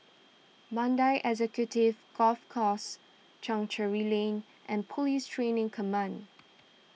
Mandai Executive Golf Course Chancery Lane and Police Training Command